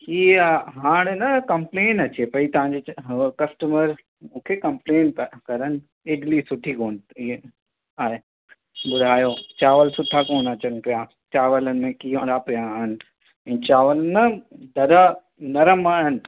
इहे हाणे न कमप्लेन अचे पई तव्हांजे ह कस्टमर मूंखे कमप्लेन पिया करनि इडली सुठी कोन ठही आहिनि हाणे ॿुधायो चावल सुठा कोन अचनि पिया चावल में कींया पिया आहिनि ऐं चावल न दादा नरम आहिनि